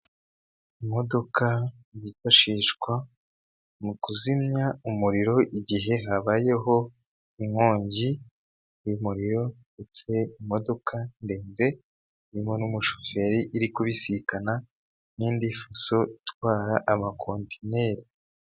Imodoka yifashishwa mu kuzimya umuriro igihe habayeho inkongi y'umuriro ndetse n'imodoka ndende, irimo n'umushoferi, iri kubisikana n'indi foso itwara amakontineri.